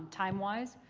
timewise.